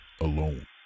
Alone